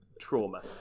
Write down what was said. trauma